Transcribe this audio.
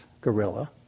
gorilla